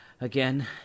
Again